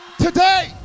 Today